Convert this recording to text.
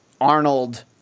Arnold